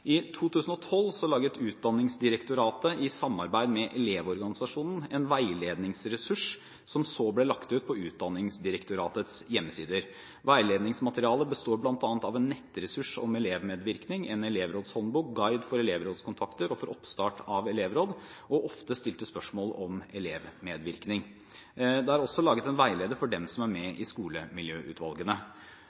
I 2012 laget Utdanningsdirektoratet, i samarbeid med Elevorganisasjonen, en veiledningsressurs som så ble lagt ut på Utdanningsdirektoratets hjemmesider. Veiledningsmaterialet består bl.a. av en nettressurs om elevmedvirkning, en elevrådshåndbok, guide for elevrådskontakter og for oppstart av elevråd, og ofte stilte spørsmål om elevmedvirkning. Det er også laget en veileder for dem som er med i skolemiljøutvalgene.